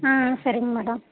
ஆ சரிங்க மேடம்